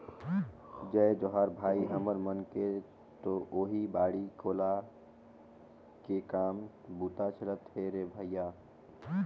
जय जोहार भाई, हमर मन के तो ओहीं बाड़ी कोला के काम बूता चलत हे रे भइया